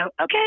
okay